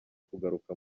kugaruka